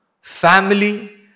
family